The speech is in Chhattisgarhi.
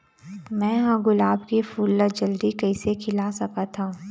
मैं ह गुलाब के फूल ला जल्दी कइसे खिला सकथ हा?